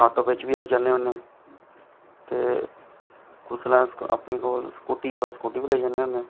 auto बिच भी अस जन्ने होने ते कुतै अस अपने कोल स्कूटी होऐ ते स्कूटी बी लेई जन्ने होने